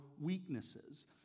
weaknesses